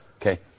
Okay